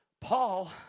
Paul